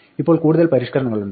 ഇപ്പോൾ കൂടുതൽ പരിഷ്ക്കരണങ്ങളുണ്ട്